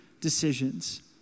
decisions